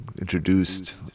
introduced